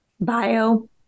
bio